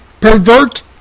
pervert